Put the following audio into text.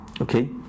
okay